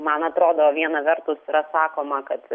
man atrodo viena vertus yra sakoma kad